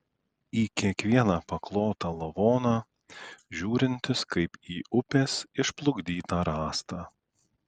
į kiekvieną paklotą lavoną žiūrintis kaip į upės išplukdytą rąstą